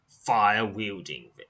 fire-wielding